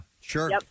Sure